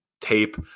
tape